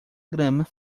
grama